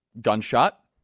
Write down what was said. gunshot